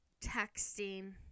texting